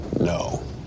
No